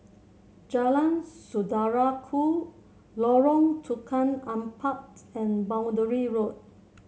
Jalan Saudara Ku Lorong Tukang Empat and Boundary Road